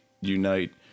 unite